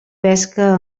pesca